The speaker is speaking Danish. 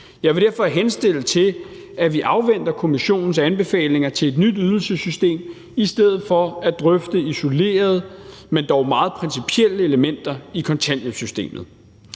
Jeg vil derfor henstille til, at vi afventer kommissionens anbefalinger til et nyt ydelsessystem i stedet for at drøfte isolerede, men dog meget principielle elementer i kontanthjælpssystemet.